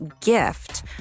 gift